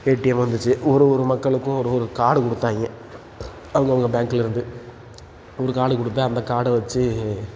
ATM வந்துச்சு ஒரு ஒரு மக்களுக்கும் ஒவ்வொரு கார்டு குடுத்தாங்க அவுங்கவங்க பேங்க்குலேருந்து ஒரு கார்டு கொடுத்து அந்த கார்டை வச்சு